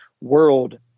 world